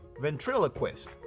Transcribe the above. Ventriloquist